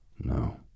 No